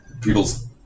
people's